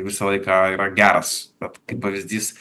visą laiką yra geras